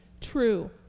true